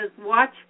watch